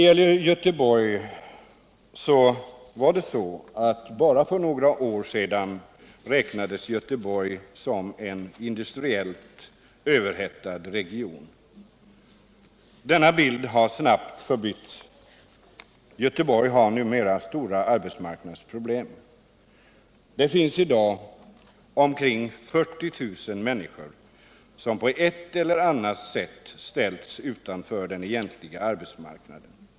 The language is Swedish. För bara några år sedan räknades Göteborg som en industriellt överhettad region. Denna bild har snabbt förbytts. Göteborg har numera stora arbetsmarknadsproblem. Det finns i dag omkring 40 000 människor som på ett eller annat sätt har ställts utanför den egentliga arbetsmarknaden.